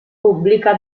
pubblica